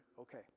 okay